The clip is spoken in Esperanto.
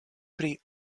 pli